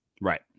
Right